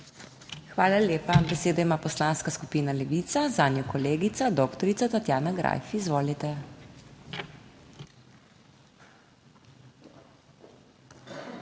Hvala lepa. Besedo ima Poslanska skupina Levica, zanjo kolegica doktorica Tatjana Greif. Izvolite.